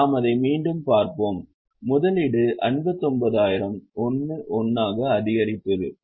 நாம் அதை மீண்டும் பார்ப்போம் முதலீடு 59000 1 1 ஆக அதிகரிக்கிறது